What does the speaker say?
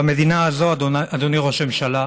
במדינה הזאת, אדוני ראש הממשלה,